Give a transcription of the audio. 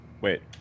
Wait